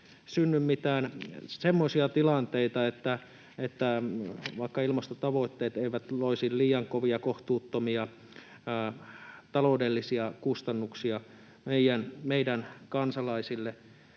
eikä synny mitään semmoisia tilanteita, että ilmastotavoitteet loisivat liian kovia, kohtuuttomia taloudellisia kustannuksia meidän kansalaisille.